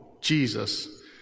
Jesus